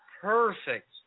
perfect